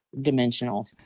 dimensional